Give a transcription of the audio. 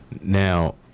Now